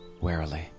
warily